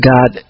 God